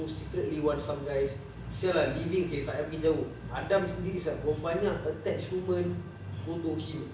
who secretly wants some guys [sial] lah living okay tak payah pergi jauh adam sendiri siak berapa banyak attached women go to him